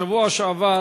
בשבוע שעבר